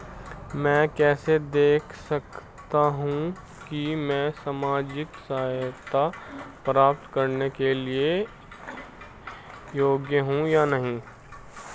मैं कैसे देख सकती हूँ कि मैं सामाजिक सहायता प्राप्त करने के योग्य हूँ या नहीं?